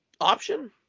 option